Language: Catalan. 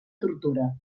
tortura